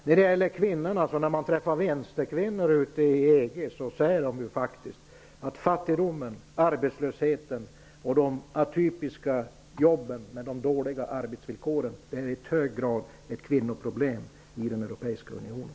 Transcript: När man träffar vänsterkvinnor ute i EG säger de faktiskt att fattigdomen, arbetslösheten och de atypiska jobben med de dåliga arbetsvillkoren är i hög grad ett kvinnoproblem i Europeiska unionen.